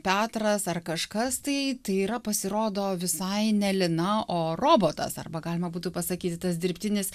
petras ar kažkas tai tai yra pasirodo visai ne lina o robotas arba galima būtų pasakyti tas dirbtinis